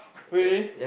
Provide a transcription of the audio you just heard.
really